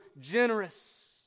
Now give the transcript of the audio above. generous